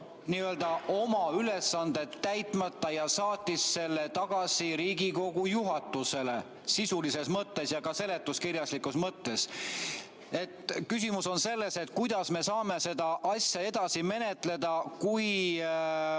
on jätnud oma ülesanded täitmata, ja saatis selle tagasi Riigikogu juhatusele, sisulises mõttes ja ka seletuskirja mõttes. Küsimus on selles, et kuidas me saame seda asja edasi menetleda, kui